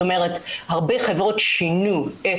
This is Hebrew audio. הרבה חברות שינו את